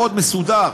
מאוד מסודר,